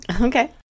Okay